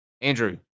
Andrew